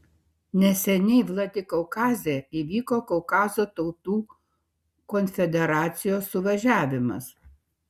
neseniai vladikaukaze įvyko kaukazo tautų konfederacijos suvažiavimas